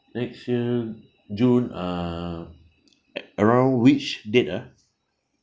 next year june uh around which date ah